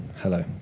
hello